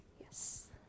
Yes